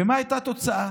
ומה הייתה התוצאה?